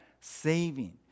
saving